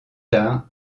tard